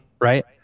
Right